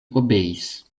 obeis